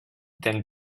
then